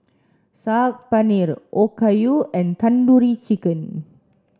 Saag Paneer Okayu and Tandoori Chicken